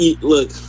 Look